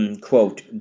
quote